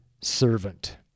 servant